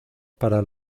para